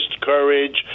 courage